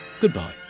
goodbye